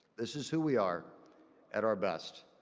this is who we are at our best.